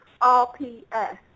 R-P-S